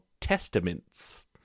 Testaments